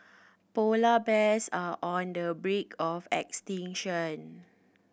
polar bears are on the brink of extinction